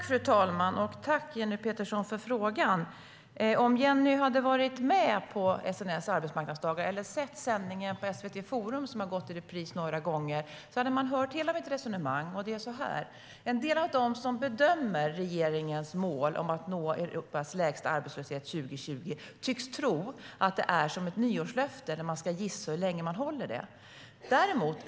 Fru talman! Jag vill tacka Jenny Petersson för frågan. Om Jenny hade varit med på SNS arbetsmarknadsdagar eller sett sändningen på SVT Forum - den har gått i repris några gånger - hade hon hört hela mitt resonemang. Det är så här: En del av de som bedömer regeringens mål om att nå Europas lägsta arbetslöshet till 2020 tycks tro att det är som ett nyårslöfte som man ska gissa hur länge det kan hållas.